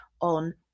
on